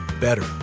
better